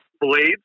Blades